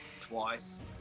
Twice